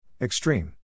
Extreme